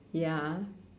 ya